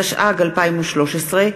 התשע"ג 2013,